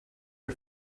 her